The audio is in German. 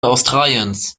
australiens